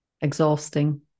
Exhausting